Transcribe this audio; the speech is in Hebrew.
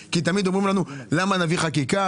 כי תמיד אומרים לנו: "למה להביא חקיקה?".